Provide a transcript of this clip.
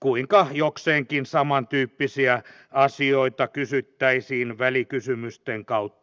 kuinka jokseenkin samantyyppisiä asioita kysyttäisiin välikysymysten kautta